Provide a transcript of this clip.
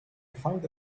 found